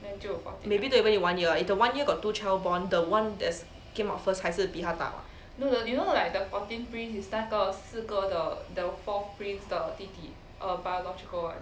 maybe don't even need one year if the one year got two child born the one that's came out first 还是比他大 [what]